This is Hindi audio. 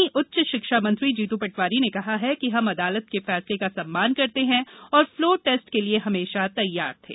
वहीं उच्च शिक्षा मंत्री जीतू पटवारी ने कहा है कि हम अदालत के फैसले का सम्मान करते हैं और फ्लोर टेस्ट के लिये हमेंशा तैयार थे